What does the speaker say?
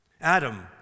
Adam